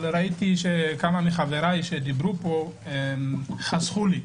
אבל כמה מחברי שדברו חסכו לי.